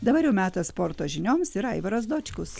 dabar jau metas sporto žinioms ir aivaras dočkus